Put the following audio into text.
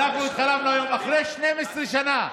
אין בעיה.